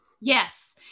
Yes